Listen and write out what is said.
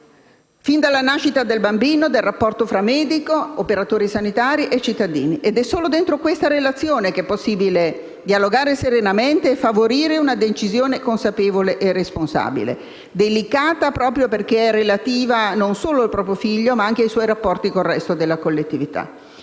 fin dalla nascita del bambino, del rapporto fra medico, operatori sanitari e cittadini; ed è solo dentro questa relazione che è possibile dialogare serenamente e favorire una decisione consapevole e responsabile, delicata proprio perché relativa non solo al proprio figlio, ma anche ai suoi rapporti con il resto della collettività.